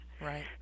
right